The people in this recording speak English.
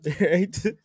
right